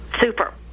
Super